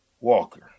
Walker